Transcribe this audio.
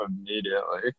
immediately